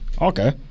Okay